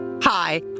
Hi